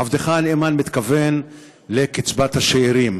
עבדך הנאמן מתכוון לקצבת השאירים,